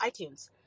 iTunes